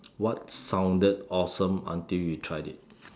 what sounded awesome until you tried it